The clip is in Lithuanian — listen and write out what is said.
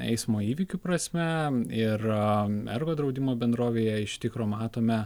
eismo įvykių prasme ir ergo draudimo bendrovėje iš tikro matome